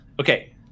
Okay